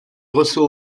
reçoit